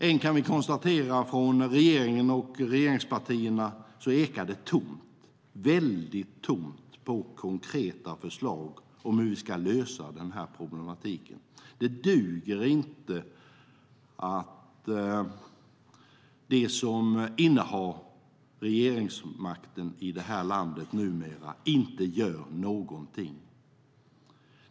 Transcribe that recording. Vi kan konstatera att från regeringen och regeringspartierna ekar det än så länge väldigt tomt på konkreta förslag till hur vi ska kunna lösa denna problematik. Det duger inte att de som innehar regeringsmakten i detta land numera inte gör någonting.